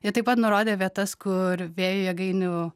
jie taip pat nurodė vietas kur vėjo jėgainių